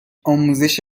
آموزش